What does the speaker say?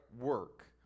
work